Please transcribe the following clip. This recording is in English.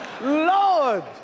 Lord